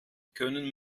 können